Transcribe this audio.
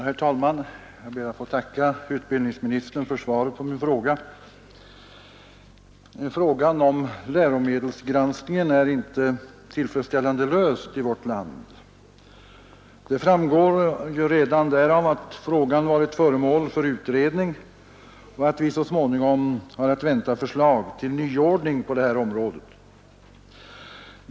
Herr talman! Jag ber att få tacka utbildningsministern för svaret på min fråga. 2å Frågan om läromedelsgranskningen är inte tillfredsställande löst i vårt land. Det framgår redan därav att den varit föremål för utredning och att vi så småningom har att vänta förslag till nyordning på området.